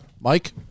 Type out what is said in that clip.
Mike